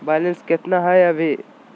Balance केतना हय अभी?